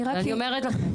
ואני אומרת לכם,